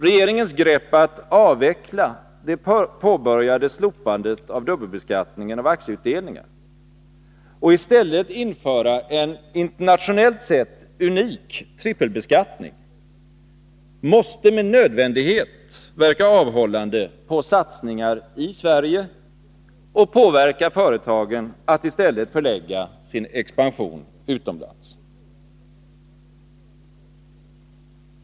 Regeringens grepp, att avveckla det påbörjade slopandet av dubbelbeskattningen av aktieutdelningar och i stället införa en internationellt sett unik trippelbeskattning, måste med nödvändighet verka avhållande på satsningar i Sverige och påverka företagen att i stället förlägga sin expansion utomlands.